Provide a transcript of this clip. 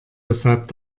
weshalb